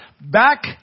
Back